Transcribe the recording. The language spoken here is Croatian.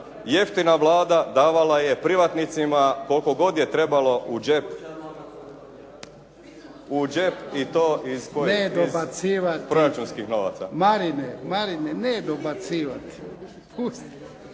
jeftina Vlada davala je privatnicima koliko god je trebalo u džep i to iz proračunskih novaca. …/Upadica se ne čuje./…